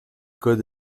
code